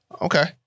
Okay